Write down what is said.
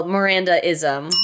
Miranda-ism